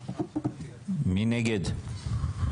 (א),